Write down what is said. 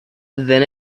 then